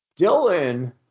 Dylan